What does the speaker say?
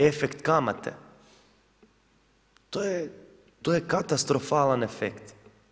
Efekt kamate to je katastrofalan efekt.